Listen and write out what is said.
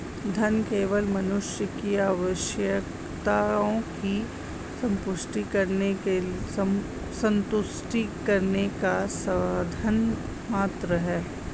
धन केवल मनुष्य की आवश्यकताओं की संतुष्टि करने का साधन मात्र है